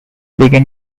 began